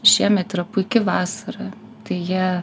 šiemet yra puiki vasara tai jie